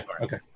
Okay